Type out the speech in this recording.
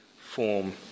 form